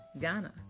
Ghana